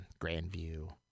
Grandview